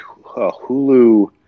Hulu